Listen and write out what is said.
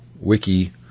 wiki